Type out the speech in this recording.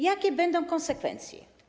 Jakie będą konsekwencje?